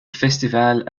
festival